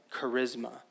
charisma